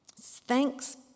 thanks